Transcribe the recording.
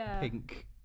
pink